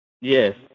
Yes